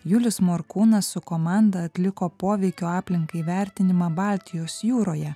julius morkūnas su komanda atliko poveikio aplinkai vertinimą baltijos jūroje